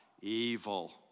Evil